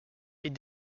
est